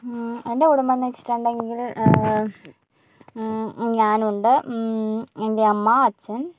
എൻ്റെ കുടുംബം എന്ന് വച്ചിട്ടുണ്ടെങ്കിൽ ഞാനുണ്ട് എൻ്റെ അമ്മ അച്ഛൻ